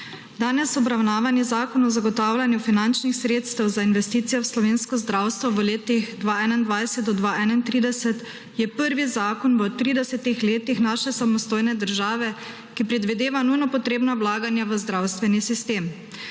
Danes obravnavani zakon o zagotavljanju finančnih sredstev za investicije v slovensko zdravstvo v letih 2021 do 2031 je prvi zakon v 30 letih naše samostojne države, ki predvideva nujno potrebna vlaganja v zdravstveni sistem.